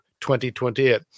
2028